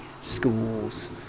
Schools